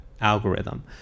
algorithm